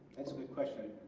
that's a good question.